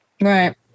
Right